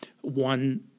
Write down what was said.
one